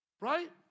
right